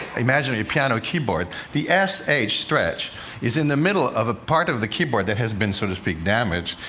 imagine a piano keyboard. the s h stretch is in the middle of a part of the keyboard that has been, so to speak, damaged,